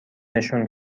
نشون